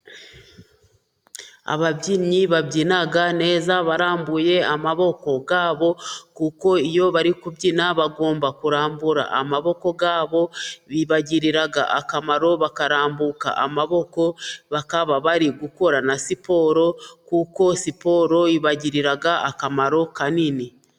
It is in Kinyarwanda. Ababyinnyi babyina neza barambuye amaboko yabo, kuko iyo bari kubyina bagomba kurambura amaboko yabo bibagirira akamaro bakarambuka amaboko, bakaba bari gukora na siporo kuko siporo ibagirira akamaro kanini.